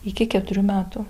iki keturių metų